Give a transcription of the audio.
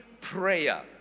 prayer